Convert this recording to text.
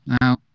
now